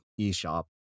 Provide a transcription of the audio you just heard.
eShop